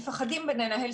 מבנה.